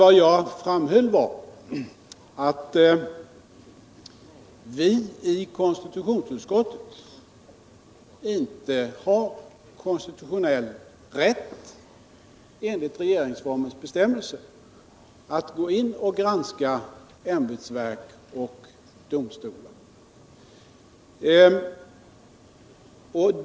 Vad jag framhöll var att vi i konstitutionsutskottet inte har konstitutionell rätt enligt regeringsformens bestämmelser att gå in och granska ämbetsverk och domstolar.